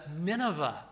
Nineveh